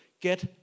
get